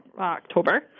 October